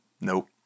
Nope